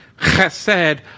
Chesed